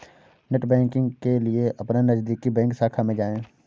net banking के लिए अपने नजदीकी बैंक शाखा में जाए